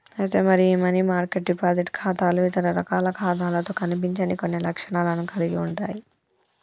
అయితే మరి ఈ మనీ మార్కెట్ డిపాజిట్ ఖాతాలు ఇతర రకాల ఖాతాలతో కనిపించని కొన్ని లక్షణాలను కలిగి ఉంటాయి